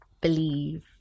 believe